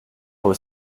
vos